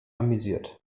amüsiert